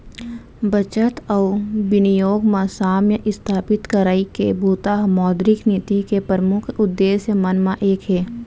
बचत अउ बिनियोग म साम्य इस्थापित करई के बूता ह मौद्रिक नीति के परमुख उद्देश्य मन म एक हे